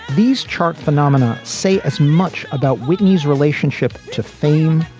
these chart phenomena say as much about whitney's relationship to fame,